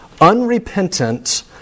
unrepentant